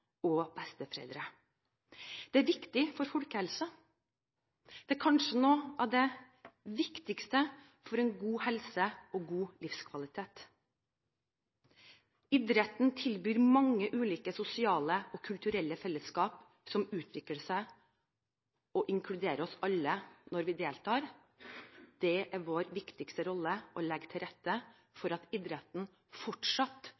og besteforeldre. Det er viktig for folkehelsen. Det er kanskje noe av det viktigste for en god helse og for en god livskvalitet. Idretten tilbyr mange ulike sosiale og kulturelle fellesskap som utvikler seg og inkluderer oss alle når vi deltar. Det er vår viktigste rolle å legge til rette for at idretten fortsatt